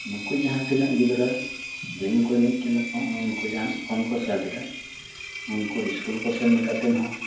ᱱᱩᱠᱩ ᱡᱟᱦᱟᱸ ᱛᱤᱱᱟᱹᱜ ᱜᱤᱫᱽᱨᱟᱹ ᱜᱮᱢ ᱠᱚ ᱮᱱᱮᱡ ᱠᱟᱱᱟ ᱠᱚ ᱩᱱᱠᱩ ᱡᱟᱦᱟᱸ ᱯᱷᱳᱱ ᱠᱚ ᱥᱟᱵ ᱮᱜᱼᱟ ᱱᱩᱠᱩ ᱥᱠᱩᱞ ᱠᱚ ᱥᱮᱱ ᱠᱟᱛᱮᱫ ᱦᱚᱸ